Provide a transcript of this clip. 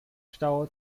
stau